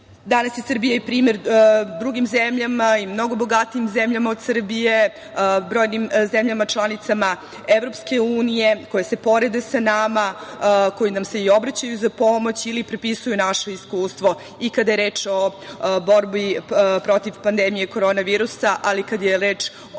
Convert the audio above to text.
je Srbija primer drugim zemljama i mnogo bogatijim zemljama od Srbije, brojnim zemljama članicama EU, koje se porede sa nama, koji nam se i obraćaju za pomoć ili prepisuju naše iskustvo i kada je reč o borbi protiv pandemije korona virusa, ali i kada je reč o